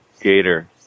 Gator